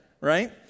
right